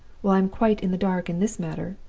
while i am quite in the dark in this matter,